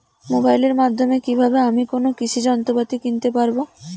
মোবাইলের মাধ্যমে কীভাবে আমি কোনো কৃষি যন্ত্রপাতি কিনতে পারবো?